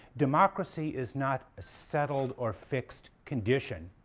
democracy is not a settled or fixed condition.